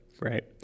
right